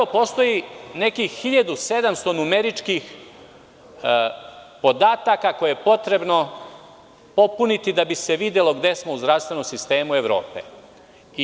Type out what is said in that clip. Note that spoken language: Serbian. Zato postoji nekih 1700 numeričkih podataka koje je potrebno popuniti da bi se videlo gde smo u zdravstvenom sistemu Evrope.